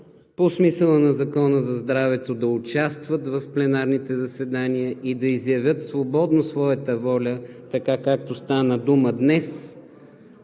по смисъла на Закона за здравето да участват в пленарните заседания и да изявят свободно своята воля, така както стана дума днес